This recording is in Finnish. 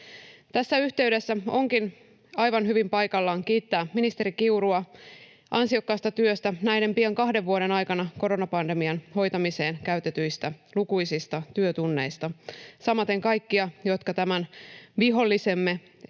Tässä yhteydessä onkin aivan hyvin paikallaan kiittää ministeri Kiurua ansiokkaasta työstä näiden pian kahden vuoden aikana koronapandemian hoitamiseen käytetyistä lukuisista työtunneista, samaten kaikkia, jotka tämän vihollisemme